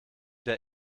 der